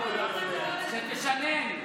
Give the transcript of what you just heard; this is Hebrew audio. כדי שתשנן,